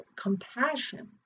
Compassion